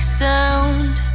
sound